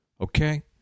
Okay